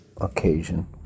occasion